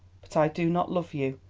but i do not love you,